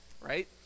right